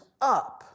up